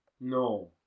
No